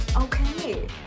Okay